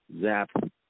zap